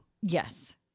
Yes